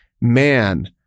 man